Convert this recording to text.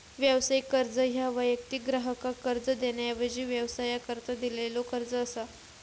व्यावसायिक कर्ज ह्या वैयक्तिक ग्राहकाक कर्ज देण्याऐवजी व्यवसायाकरता दिलेलो कर्ज असा